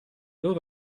loro